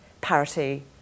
parity